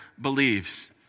believes